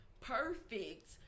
perfect